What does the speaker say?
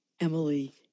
Emily